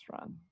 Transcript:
run